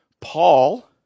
Paul